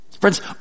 friends